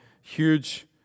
huge